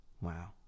Wow